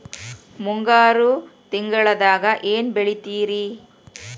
ಮುಂಗಾರು ತಿಂಗಳದಾಗ ಏನ್ ಬೆಳಿತಿರಿ?